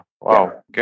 Wow